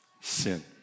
sin